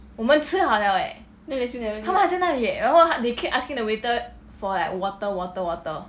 then they still never leave